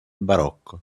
barocco